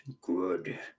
good